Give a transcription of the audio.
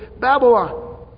Babylon